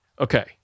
Okay